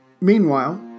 Meanwhile